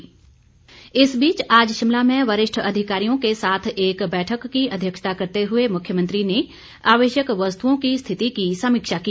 मुख्यमंत्री इस बीच आज शिमला में वरिष्ठ अधिकारियों के साथ एक बैठक की अध्यक्षता करते हुए मुख्यमंत्री ने आवश्यक वस्तुओं की स्थिति की समीक्षा की